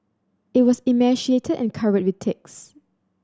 it was emaciated and covered with ticks